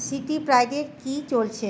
city প্রাইডে কী চলছে